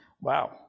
Wow